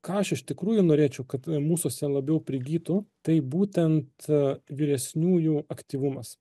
ką aš iš tikrųjų norėčiau kad mūsuose labiau prigytų tai būtent vyresniųjų aktyvumas